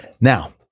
now